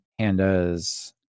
pandas